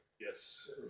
Yes